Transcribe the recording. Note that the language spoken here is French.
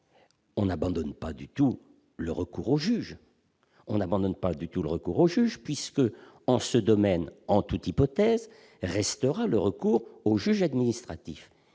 on n'abandonne pas du tout, le recours au juge, on n'abandonne pas du tout, le recours au juge puisque, en ce domaine, en toute hypothèse, restera le recours au juge administratif